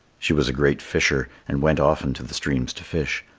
she was a great fisher, and went often to the streams to fish.